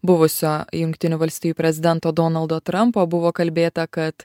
buvusio jungtinių valstijų prezidento donaldo trampo buvo kalbėta kad